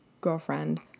girlfriend